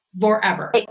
forever